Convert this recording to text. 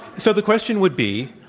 so the question would be,